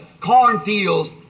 cornfields